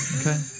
Okay